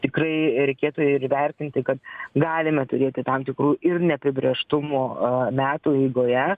tikrai reikėtų ir įvertinti kad galime turėti tam tikrų ir neapibrėžtumų a metų eigoje